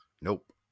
Nope